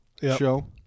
show